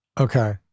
Okay